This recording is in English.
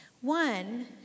One